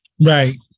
Right